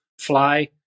fly